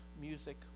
music